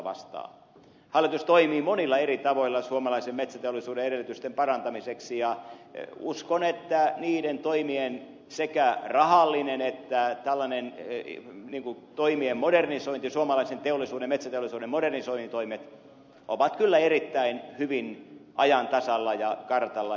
hallitus toimii monilla eri tavoilla suomalaisen metsäteollisuuden edellytysten parantamiseksi ja uskon että niiden toimien sekä rahallinen että tällainen niin kuin modernisointi suomalaisen teollisuuden ja metsäteollisuuden modernisointitoimet ovat kyllä erittäin hyvin ajan tasalla ja kartalla